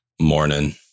morning